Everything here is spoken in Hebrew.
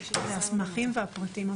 רוצה להבין את המשמעות.